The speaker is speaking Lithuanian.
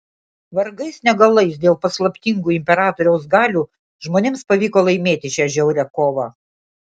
vargais negalais dėl paslaptingų imperatoriaus galių žmonėms pavyko laimėti šią žiaurią kovą